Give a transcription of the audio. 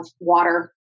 water